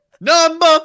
Number